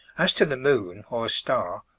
as to the moon or a star,